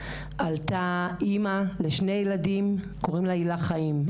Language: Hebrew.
עלתה אמא לשני ילדים קוראים לה הילה חיים.